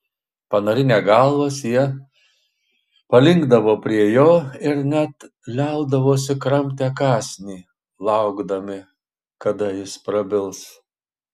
panarinę galvas jie palinkdavo prie jo ir net liaudavosi kramtę kąsnį laukdami kada jis prabils